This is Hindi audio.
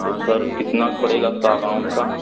तो सर कितना पड़ेगा सागौन का